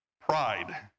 pride